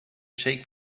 jake